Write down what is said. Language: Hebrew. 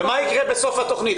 ומה יקרה בסוף התכנית?